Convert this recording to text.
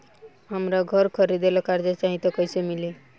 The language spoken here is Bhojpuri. हमरा घर खरीदे ला कर्जा चाही त कैसे मिली?